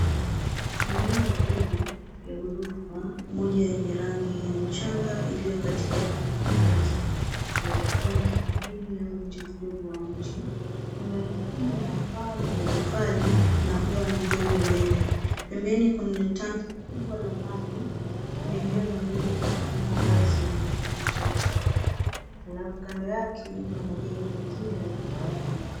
Kuna nyumba ndogo ya ghorofa, moja yenye rangi ya mchanga iliyo katika eneo la makazi. Inaeza kuwa kijijini au nje kidogo wa mji . Nyumba hii ina paa la matofali na ua mdogo mbele. Pembeni kuna tanki kubwa la maji na eneo la mbele lina udongo wazi na mimea michache. Alafu kando yake kuna majengo mengine yanayoonekana kwa mbali.